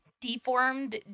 Deformed